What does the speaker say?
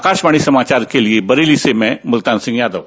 आकाशवाणी समाचार के लिए बरेली से मैं मुल्तान सिंह यादव